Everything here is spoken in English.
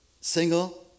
single